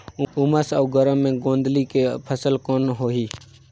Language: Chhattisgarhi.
उमस अउ गरम मे गोंदली के फसल कौन होही?